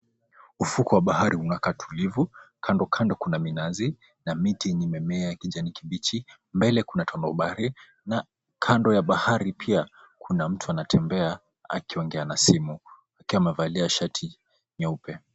Ufukwe wa bahari unakaa tulivu, kandokando kuna minazi na miti yenye imemea ya kijani kibichi. Mbele kuna tamaubare na kando ya bahari pia kuna mtu anatembea akiongea na simu akiwa amevalia shati nyeupe.